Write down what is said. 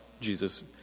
Jesus